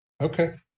Okay